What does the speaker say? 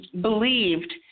believed